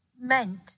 meant